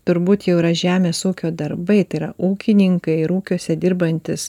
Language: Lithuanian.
turbūt jau yra žemės ūkio darbai tai yra ūkininkai ir ūkiuose dirbantys